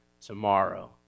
tomorrow